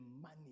money